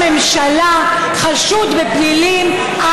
ממחזרים כאן שקר